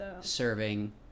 serving